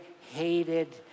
hated